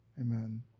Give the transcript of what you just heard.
Amen